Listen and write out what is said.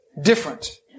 different